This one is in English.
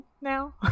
now